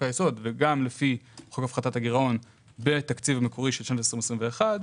היסוד וגם לפי חוק הפחתת הגירעון בתקציב המקורי של שנת 2021,